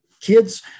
Kids